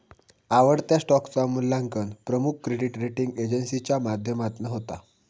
आवडत्या स्टॉकचा मुल्यांकन प्रमुख क्रेडीट रेटींग एजेंसीच्या माध्यमातना होता